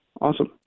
Awesome